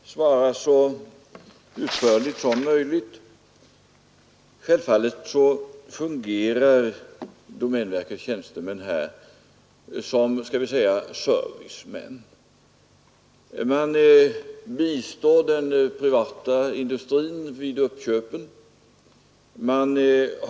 Herr talman! Jag försökte att vara så utförlig som möjligt i mitt interpellationssvar. Självfallet fungerar domänverkets tjänstemän i detta fall som, skall vi säga, servicemän.